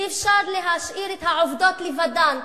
אי-אפשר להשאיר את העובדות לבדן.